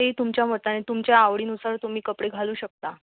ते तुमच्या मताने तुमच्या आवडीनुसार तुम्ही कपडे घालू शकता